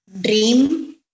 dream